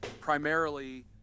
primarily